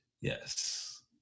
Yes